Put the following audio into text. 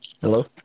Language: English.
Hello